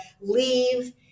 leave